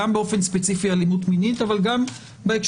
גם באופן ספציפי אלימות מינית,